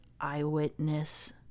eyewitness